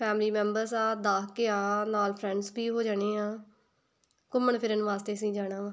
family members ਆ ਦਸ ਕੁ ਆ ਨਾਲ ਫਰੈਂਡਸ ਵੀ ਹੋ ਜਾਣੇ ਆਂ ਘੁੰਮਣ ਫਿਰਣ ਵਾਸਤੇ ਅਸੀਂ ਜਾਣਾ ਵਾਂ